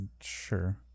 Sure